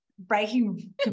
breaking